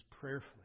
prayerfully